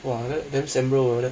!wah! dam~ damn sad bro